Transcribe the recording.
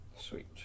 Sweet